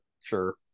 sure